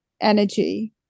energy